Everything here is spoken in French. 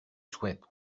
souhaite